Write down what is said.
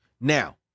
now